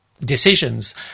decisions